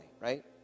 right